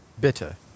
Bitter